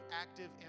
active